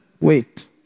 Wait